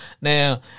now